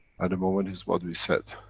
and the moment is what we said,